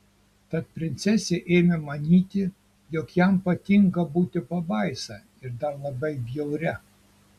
tad princesė ėmė manyti jog jam patinka būti pabaisa ir dar labai bjauria